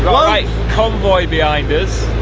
right convoy behind us,